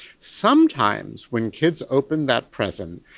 sometimes when kids opened that present,